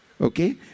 Okay